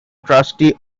trustee